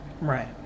Right